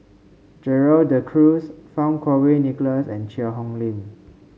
Gerald De Cruz Fang Kuo Wei Nicholas and Cheang Hong Lim